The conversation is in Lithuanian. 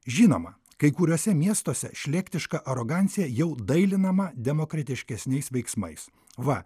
žinoma kai kuriuose miestuose šlėktiška arogancija jau dailinama demokratiškesniais veiksmais va